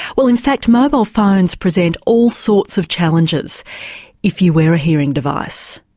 well in fact mobile phones present all sorts of challenges if you wear a hearing device.